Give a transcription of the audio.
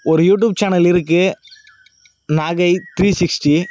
ஒரு YouTube channel இருக்குது Nagai three sixty